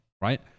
right